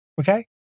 okay